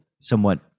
somewhat